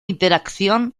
interacción